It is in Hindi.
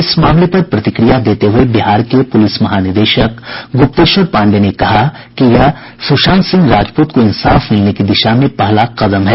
इस मामले पर प्रतिक्रिया देते हुए बिहार के पुलिस महानिदेशक गुप्तेश्वर पांडेय ने कहा है कि यह सुशांत सिंह राजपूत को इंसाफ मिलने की दिशा में पहला कदम है